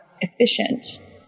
efficient